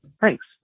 Thanks